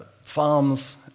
farms